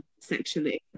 sexually